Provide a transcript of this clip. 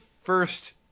first